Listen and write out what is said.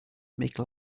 make